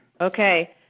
Okay